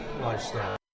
lifestyle